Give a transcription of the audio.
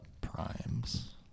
Primes